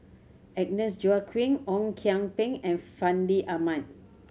Agnes Joaquim Ong Kian Peng and Fandi Ahmad